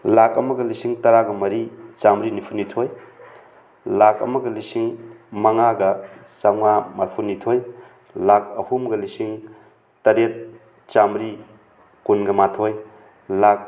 ꯂꯥꯈ ꯑꯃꯒ ꯂꯤꯁꯤꯡ ꯇꯔꯥꯒ ꯃꯔꯤ ꯆꯥꯝꯃꯔꯤ ꯅꯤꯐꯨꯅꯤꯊꯣꯏ ꯂꯥꯈ ꯑꯃꯒ ꯂꯤꯁꯤꯡ ꯃꯉꯥꯒ ꯆꯝꯃꯉꯥ ꯃꯔꯤꯐꯨꯅꯤꯊꯣꯏ ꯂꯥꯈ ꯑꯍꯨꯝꯒ ꯂꯤꯁꯤꯡ ꯇꯔꯦꯠ ꯆꯥꯝꯃꯔꯤ ꯀꯨꯟꯒꯃꯥꯊꯣꯏ ꯂꯥꯈ